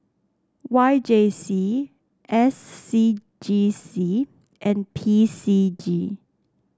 Y J C S C G C and P C G